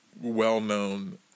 well-known